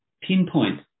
pinpoint